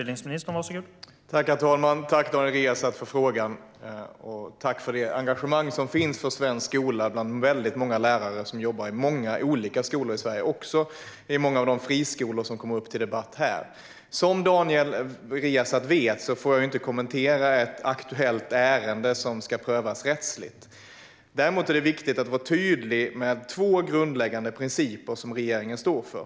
Herr talman! Tack, Daniel Riazat, för frågan! Och tack för det engagemang som finns för svensk skola bland många lärare som jobbar i olika skolor i Sverige och också i många av de friskolor som tas upp till debatt här! Som Daniel Riazat vet får jag inte kommentera ett aktuellt ärende som ska prövas rättsligt. Däremot är det viktigt att vara tydlig med två grundläggande principer som regeringen står för.